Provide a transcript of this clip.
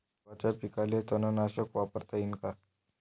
गव्हाच्या पिकाले तननाशक वापरता येईन का?